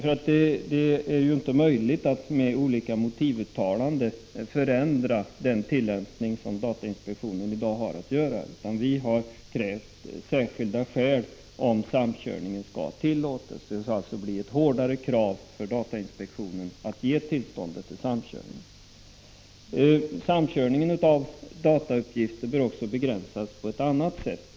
Man kan ju inte med olika motivuttalanden förändra de riktlinjer datainspektionen i dag har att tillämpa. Vi har krävt att det skall föreligga särskilda skäl för att samkörning skall tillåtas. Det bör alltså ställas hårdare krav för att datainspektionen skall få ge tillstånd till samkörning. Samkörning bör också begränsas på ett annat sätt.